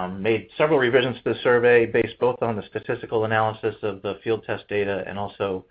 um made several revisions to the survey based both on the statistical analysis of the field test data and also